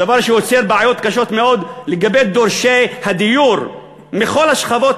הדבר שיוצר בעיות קשות מאוד לגבי דורשי הדיור מכל השכבות,